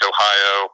Ohio